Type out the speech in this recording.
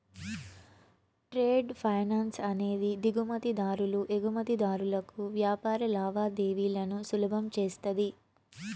trade finance అనేది దిగుమతి దారులు ఎగుమతిదారులకు వ్యాపార లావాదేవీలను సులభం చేస్తది